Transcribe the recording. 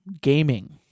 gaming